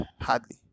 hardly